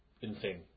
Insane